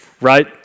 right